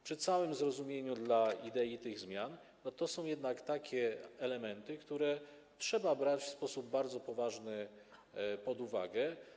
Przy całym zrozumieniu dla idei tych zmian są jednak takie elementy, które trzeba brać w sposób bardzo poważny pod uwagę.